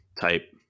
type